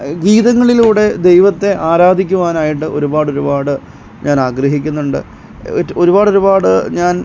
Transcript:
ഗീതങ്ങളിലൂടെ ദൈവത്തെ ആരാധിക്കുവാനായിട്ട് ഒരുപാടൊരുപാട് ഞാൻ ആഗ്രഹിക്കുന്നുണ്ട് ഒരുപാടൊരുപാട് ഞാൻ